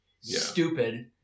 stupid